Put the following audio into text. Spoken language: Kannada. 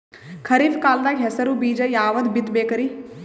ಖರೀಪ್ ಕಾಲದಾಗ ಹೆಸರು ಬೀಜ ಯಾವದು ಬಿತ್ ಬೇಕರಿ?